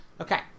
okay